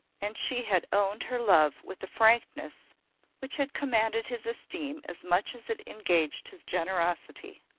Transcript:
and she had owned her love with a frankness which had commanded his esteem as much as it engaged his generosity.